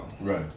right